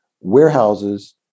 warehouses